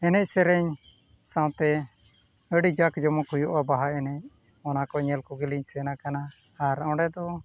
ᱮᱱᱮᱡ ᱥᱮᱨᱮᱧ ᱥᱟᱶᱛᱮ ᱟᱹᱰᱤ ᱡᱟᱠ ᱡᱚᱢᱚᱠ ᱦᱩᱭᱩᱜᱼᱟ ᱵᱟᱦᱟ ᱮᱱᱮᱡ ᱚᱱᱟ ᱠᱚ ᱧᱮᱞ ᱠᱚᱜᱮᱞᱤᱧ ᱥᱮᱱ ᱠᱟᱱᱟ ᱟᱨ ᱚᱸᱰᱮ ᱫᱚ